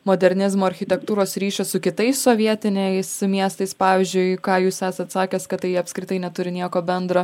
modernizmo architektūros ryšio su kitais sovietiniais miestais pavyzdžiui ką jūs esat sakęs kad tai apskritai neturi nieko bendro